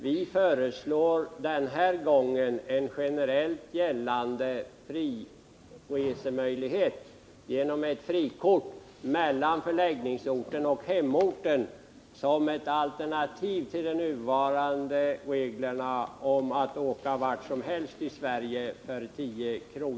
Vi föreslår den här gången en generellt gällande möjlighet till fri resa — genom ett frikort — mellan förläggningsorten och hemorten, som ett alternativ till de nuvarande reglerna om resa vart som helst i Sverige för 10 kr.